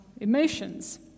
emotions